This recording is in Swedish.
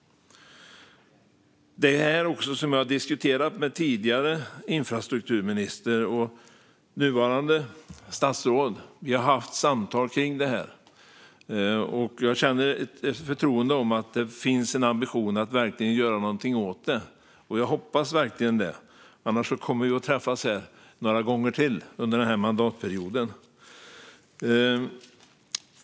Det här har jag diskuterat både med den tidigare infrastrukturministern och med det nuvarande statsrådet. Vi har haft samtal kring det här, och jag känner förtroende för att det finns en ambition att verkligen göra någonting åt det. Jag hoppas verkligen det, annars kommer vi att träffas här några gånger till under mandatperioden.